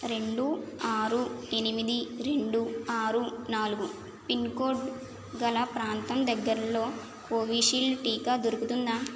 రెండు ఆరు ఎనిమిది రెండు ఆరు నాలుగు పిన్కోడ్ గల ప్రాంతం దగ్గరలో కోవిషీల్డ్ టీకా దొరుకుతుందా